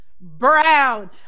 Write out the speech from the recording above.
Brown